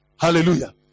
Hallelujah